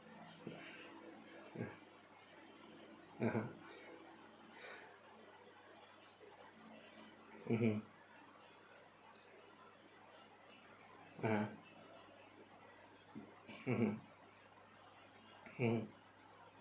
(uh huh) mmhmm ah mmhmm mm